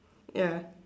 ya